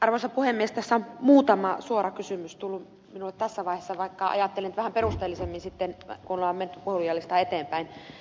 tässä on muutama suora kysymys tullut minulle tässä vaiheessa vaikka ajattelin että vastaan vähän perusteellisemmin sitten kun on menty puhujalistaa eteenpäin